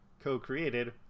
co-created